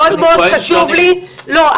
מאוד מאוד חשוב לי --- לא,